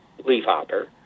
leafhopper